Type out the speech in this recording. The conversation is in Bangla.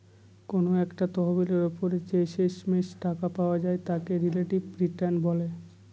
কোনো একটা তহবিলের ওপর যে শেষমেষ টাকা পাওয়া যায় তাকে রিলেটিভ রিটার্ন বলে